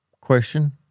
question